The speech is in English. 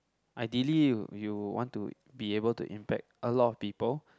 ideally you want to be able to impact a lot of people